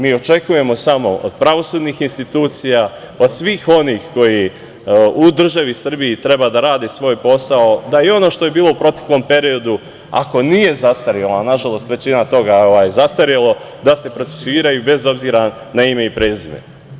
Mi očekujemo samo od pravosudnih institucija, od svih onih koji u državi Srbiji treba da rade svoj posao da i ono što je bilo u proteklom periodu ako nije zastarilo, a nažalost većina toga je zastarilo, da se procesuiraju i bez obzira na ime i prezime.